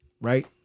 right